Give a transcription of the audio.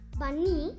bunny